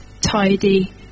tidy